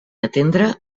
atendre